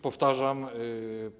Powtarzam.